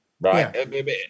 right